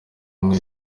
mwe